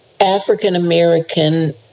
African-American